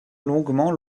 longuement